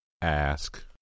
Ask